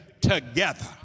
together